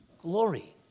glory